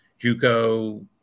JUCO